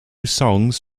songs